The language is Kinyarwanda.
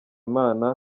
imana